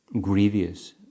grievous